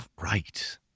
right